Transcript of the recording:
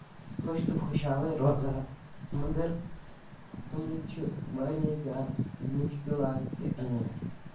خۄش تہٕ خۄش حالٕے روزان مَگر تمَن چھِ واریاہ زیادٕ مُشکِلات تہِ یِوان